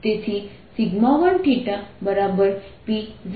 તેથી 1 Pz